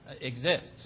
exists